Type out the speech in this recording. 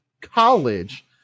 college –